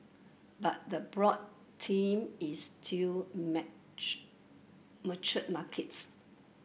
but the broad theme is still mature markets